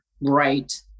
right